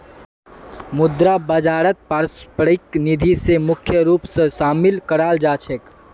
मुद्रा बाजारत पारस्परिक निधि स मुख्य रूप स शामिल कराल जा छेक